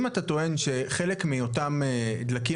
אם אתה טוען שחלק מאותם דלקים,